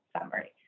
summary